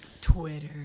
Twitter